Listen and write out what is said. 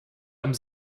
einem